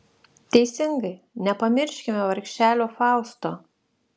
teisingai nepamirškime vargšelio fausto